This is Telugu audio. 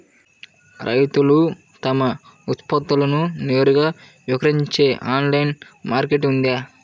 రైతులు తమ ఉత్పత్తులను నేరుగా విక్రయించే ఆన్లైను మార్కెట్ ఉందా?